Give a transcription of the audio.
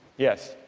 yes,